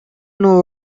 know